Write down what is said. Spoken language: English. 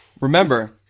Remember